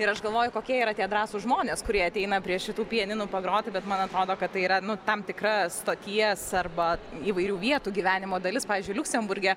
ir aš galvoju kokie yra tie drąsūs žmonės kurie ateina prie šitų pianinų pagroti bet man atrodo kad tai yra tam tikra stoties arba įvairių vietų gyvenimo dalis pavyzdžiui liuksemburge